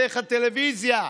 דרך הטלוויזיה.